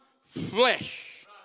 flesh